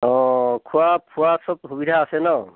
অ' খোৱা ফুৰা চব সুবিধা আছে ন